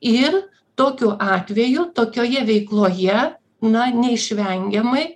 ir tokiu atveju tokioje veikloje na neišvengiamai